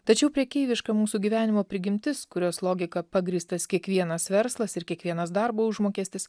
tačiau prekeiviška mūsų gyvenimo prigimtis kurios logika pagrįstas kiekvienas verslas ir kiekvienas darbo užmokestis